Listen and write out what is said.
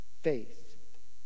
Faith